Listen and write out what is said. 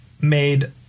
made